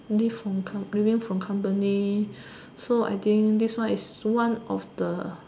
leave from com leaving from company so I think this one is one of the